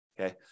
okay